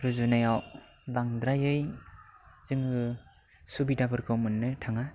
रुजुनायाव बांद्रायै जोङो सुबिदाफोरखौ मोननो थाङा